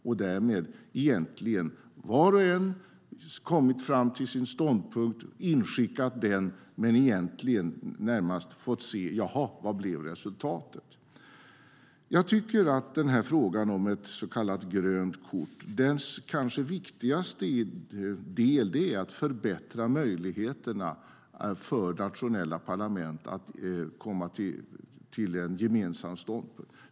Var och en har kommit fram till sin ståndpunkt, inskickat den och närmast sagt sig: Jaha, vad blev resultatet? Den kanske viktigaste delen i frågan om ett så kallat grönt kort är att förbättra möjligheterna för nationella parlament att komma till en gemensam ståndpunkt.